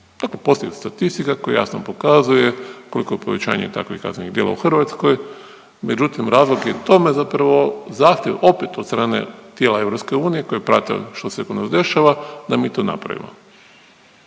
To postoji statistika koja jasno pokazuje koliko je povećanje takvih kaznenih djela u Hrvatskoj. Međutim razlog je tome zapravo zahtjev opet od strane tijela Europske unije koje prate što se kod nas dešava, da mi to napravimo.